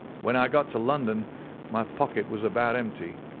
when i got to london my pocket was about empty,